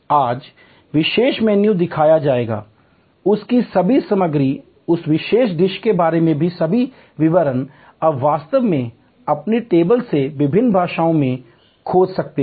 आज विशेष मेनू दिखाया जाएगा उस की सभी सामग्री उस विशेष डिश के बारे में सभी विवरण आप वास्तव में अपनी टेबल से विभिन्न भाषाओं में खोज सकते हैं